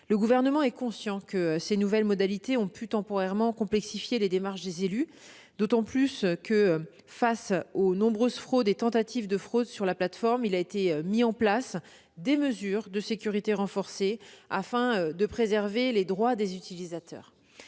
Le Gouvernement est conscient que ces nouvelles modalités ont pu temporairement complexifier les démarches des élus, d'autant que face aux nombreuses fraudes et tentatives de fraudes sur la plateforme il a mis en place des mesures de sécurité renforcée afin de préserver les droits des utilisateurs.